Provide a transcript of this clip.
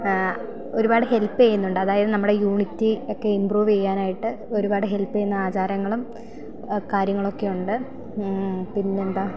ഒരുപാട് ഹെല്പ് ചെയ്യുന്നുണ്ട് അതായത് നമ്മുടെ യൂണിറ്റി ഒക്കെ ഇമ്പ്രൂവ് ചെയ്യാനായിട്ട് ഒരുപാട് ഹെൽപ്പ് ചെയ്യുന്ന ആചാരങ്ങളും കാര്യങ്ങളൊക്കെ ഉണ്ട് പിന്നെ എന്താണ്